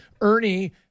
Ernie